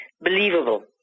believable